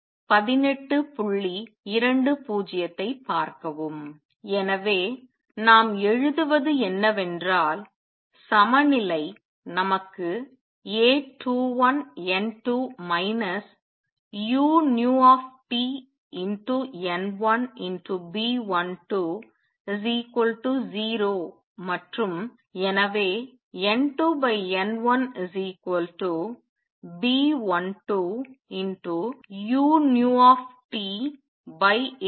எனவே நாம் எழுதுவது என்னவென்றால் சமநிலை நமக்கு A21N2 uTN1B120 மற்றும் எனவே N2N1B12uTA21